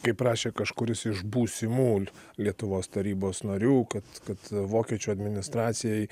kaip rašė kažkuris iš būsimų lietuvos tarybos narių kad kad vokiečių administracijai